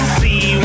see